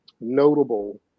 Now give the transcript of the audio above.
notable